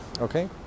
Okay